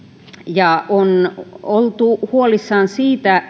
on oltu huolissaan siitä